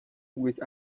with